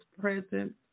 presence